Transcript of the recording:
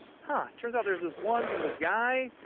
huh, turns out there's this one from this guy.